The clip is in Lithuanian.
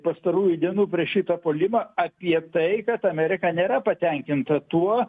pastarųjų dienų prieš šitą puolimą apie tai kad amerika nėra patenkinta tuo